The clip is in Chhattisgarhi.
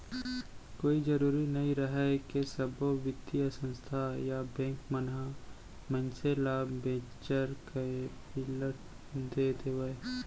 कोई जरुरी नइ रहय के सब्बो बित्तीय संस्था या बेंक मन ह मनसे ल वेंचर कैपिलट दे देवय